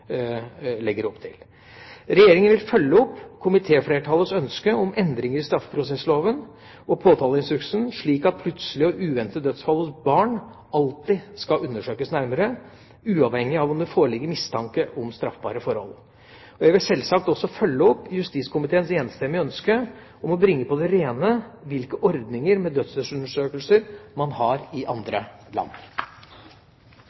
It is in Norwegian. legger opp til. Regjeringa vil følge opp komitéflertallets ønske om endringer i straffeprosessloven og påtaleinstruksen slik at plutselige og uventede dødsfall hos barn alltid skal undersøkes nærmere, uavhengig av om det foreligger mistanke om straffbare forhold. Jeg vil sjølsagt også følge opp justiskomiteens enstemmige ønske om å bringe på det rene hvilke ordninger med dødsstedsundersøkelser man har i